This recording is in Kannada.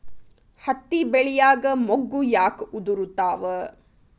ಹತ್ತಿ ಬೆಳಿಯಾಗ ಮೊಗ್ಗು ಯಾಕ್ ಉದುರುತಾವ್?